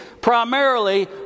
primarily